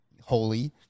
holy